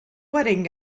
wedding